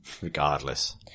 regardless